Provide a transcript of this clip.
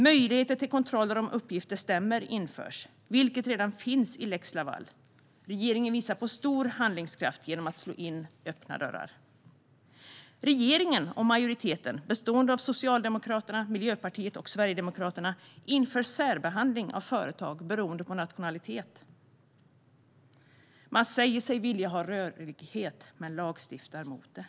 Möjligheter till kontroller av om uppgifter stämmer införs, vilket redan finns enligt lex Laval. Regeringen visar på stor handlingskraft genom att slå in öppna dörrar. Regeringen och majoriteten bestående av Socialdemokraterna, Miljöpartiet och Sverigedemokraterna inför särbehandling av företag beroende på nationalitet. Man säger sig vilja ha rörlighet men lagstiftar mot det.